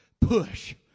push